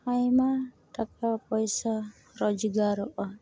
ᱟᱭᱢᱟ ᱴᱟᱠᱟ ᱯᱚᱭᱥᱟ ᱨᱚᱡᱽᱜᱟᱨᱚᱜᱼᱟ